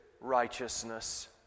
righteousness